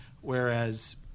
Whereas